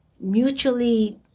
mutually